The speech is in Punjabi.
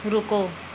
ਰੁਕੋ